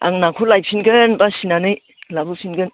आं नाखौ लायफिनगोन बासिनानै लाबोफिनगोन